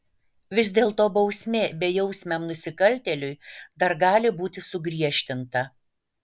vis dėlto bausmė bejausmiam nusikaltėliui dar gali būti sugriežtinta